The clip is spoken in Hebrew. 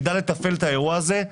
מישהו שידע לתפעל את האירוע הזה,